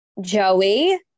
Joey